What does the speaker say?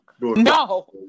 No